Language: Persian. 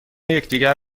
یکدیگر